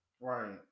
right